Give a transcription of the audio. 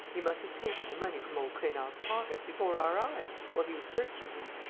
he must have taken the money from old trainard's pocket, before our eyes, while he was searching him.